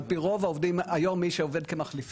על פי רוב היום מי שעובד כמחליפים,